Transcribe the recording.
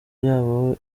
yabo